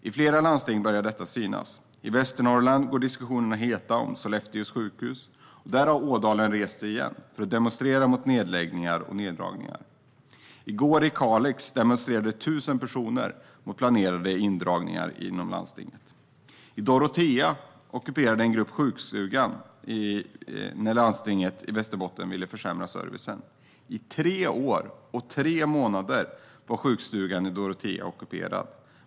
I flera landsting börjar detta synas. I Västernorrland går diskussionerna heta om Sollefteås sjukhus. Där har Ådalen rest sig igen för att demonstrera mot nedläggningar och neddragningar. I Kalix demonstrerade i går 1 000 personer mot planerade indragningar inom landstinget. I Dorotea ockuperade en grupp sjukstugan när landstinget i Västerbotten ville försämra servicen. I tre år och tre månader var sjukstugan i Dorotea ockuperad.